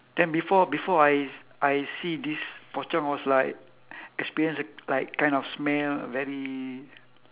then before before I I see this pocong was like experience like kind of smell very